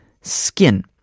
skin